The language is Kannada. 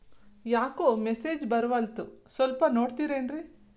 ಯಾಕೊ ಮೆಸೇಜ್ ಬರ್ವಲ್ತು ಸ್ವಲ್ಪ ನೋಡ್ತಿರೇನ್ರಿ?